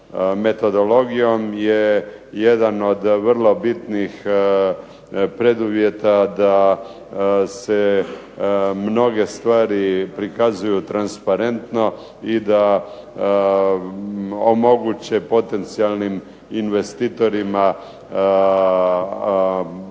metodologijom je jedan od vrlo bitnih preduvjeta da se mnoge stvari prikazuju transparentno i da omoguće potencijalnim investitorima,